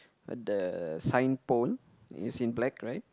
the sign is in black right